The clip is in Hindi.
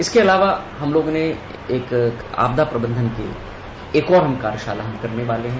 इसके अलावा हम लोगों ने एक आपदा प्रबंधन के लिए एक और कार्यशाला हम करने वाले हैं